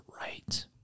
right